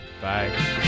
Bye